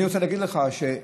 אני רוצה להגיד לך שילדיי,